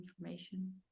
information